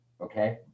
Okay